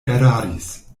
eraris